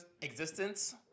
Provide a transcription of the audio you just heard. existence